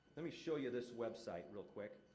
let me show you this website real quick.